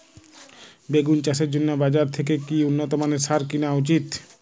বেগুন চাষের জন্য বাজার থেকে কি উন্নত মানের সার কিনা উচিৎ?